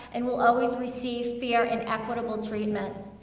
and will always receive fair and equitable treatment.